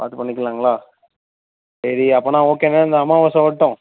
பார்த்து பண்ணிக்கலாங்களா சரி அப்போன்னா ஓகேங்க இந்த அமாவாசை வரட்டும்